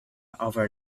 over